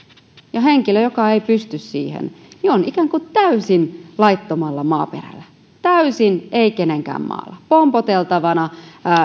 ja henkilö joka ei pysty siihen on ikään kuin täysin laittomalla maaperällä täysin ei kenenkään maalla pompoteltavana